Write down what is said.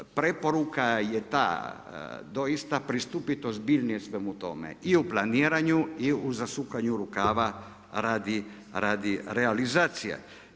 Preporuka je ta, to ista pristupitost ozbiljnost u svemu tome i u planiranju i u zasukanju rukava radi realizacije.